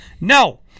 No